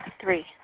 three